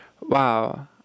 wow